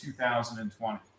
2020